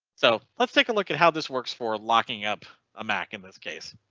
so let's take a look at how this works for locking up a mac in this case.